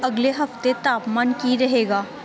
ਅਗਲੇ ਹਫ਼ਤੇ ਤਾਪਮਾਨ ਕੀ ਰਹੇਗਾ